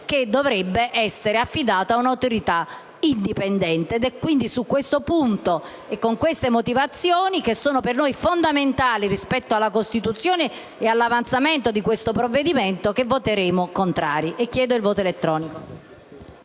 che dovrebbe essere affidato ad un'autorità indipendente. È su questo punto e con queste motivazioni che sono per noi fondamentali rispetto alla costituzione e all'avanzamento di questo provvedimento, che dichiaro il voto favorevole